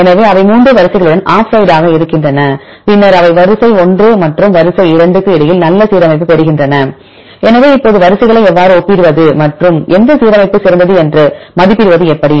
எனவே அவை 3 வரிசைகளுடன் ஆஃப்சைடாக இருக்கின்றன பின்னர் அவை வரிசை 1 மற்றும் வரிசை 2 க்கு இடையில் நல்ல சீரமைப்பைப் பெறுகின்றன எனவே இப்போது வரிசைகளை எவ்வாறு ஒப்பிடுவது மற்றும் எந்த சீரமைப்பு சிறந்தது என்று மதிப்பிடுவது எப்படி